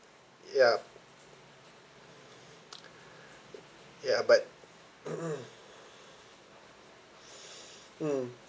yup ya but mm